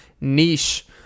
niche